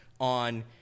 on